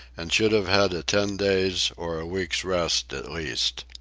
and should have had a ten days' or a week's rest at least.